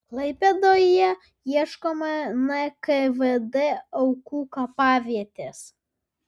klaipėdoje ieškoma nkvd aukų kapavietės